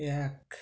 এক